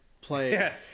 play